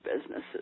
businesses